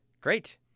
Great